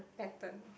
pattern